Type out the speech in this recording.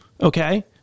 Okay